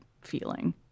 feeling